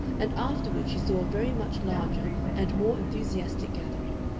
and afterward she saw a very much larger and more enthusiastic gathering,